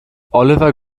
oliver